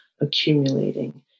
accumulating